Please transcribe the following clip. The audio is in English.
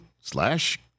slash